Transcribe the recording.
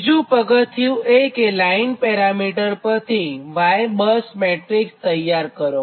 બીજું પગથિયું એ કેલાઇન પેરામિટર પરથી Y બસ મેટ્રીક્સ તૈયાર કરો